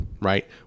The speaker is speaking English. right